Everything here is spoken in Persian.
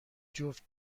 جفت